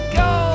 go